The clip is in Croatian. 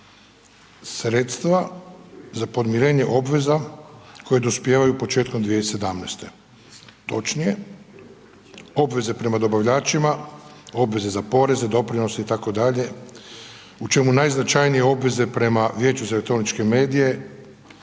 sredstva za podmirenje obveza koja dospijevaju početkom 2017., točnije obveze prema dobavljačima, obveze za poreze i doprinose itd. u čemu najznačajnije obveze prema Vijeću za elektroničke medije,